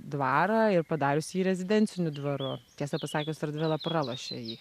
dvarą ir padarius jį rezidenciniu dvaru tiesą pasakius radvila pralošė jį